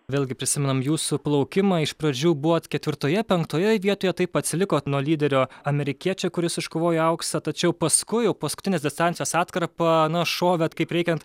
vėlgi prisimenam jūsų plaukimą iš pradžių buvot ketvirtoje penktojoj vietoje taip atsilikot nuo lyderio amerikiečio kuris iškovojo auksą tačiau paskui jau paskutinės distancijos atkarpą na šovėt kaip reikiant